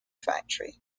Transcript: factory